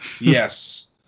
yes